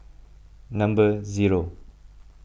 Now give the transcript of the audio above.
number zero